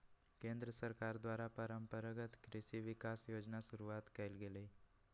केंद्र सरकार द्वारा परंपरागत कृषि विकास योजना शुरूआत कइल गेलय